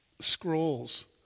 scrolls